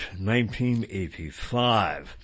1985